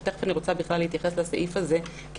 ותיכף אני רוצה להתייחס לסעיף הזה כי